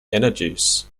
energies